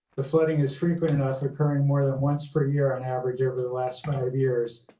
the flooding is frequent enough, and occurring more than once per year on average over the last five years,